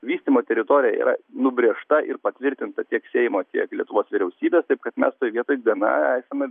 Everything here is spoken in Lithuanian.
vystymo teritorija yra nubrėžta ir patvirtinta tiek seimo tiek lietuvos vyriausybės taip kad mes toj vietoj gana esame